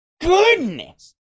goodness